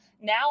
Now